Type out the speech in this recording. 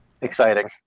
exciting